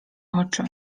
oczy